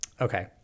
okay